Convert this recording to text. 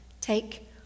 take